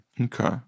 okay